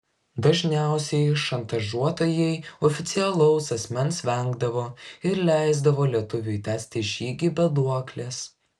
dažniausiai šantažuotojai oficialaus asmens vengdavo ir leisdavo lietuviui tęsti žygį be duoklės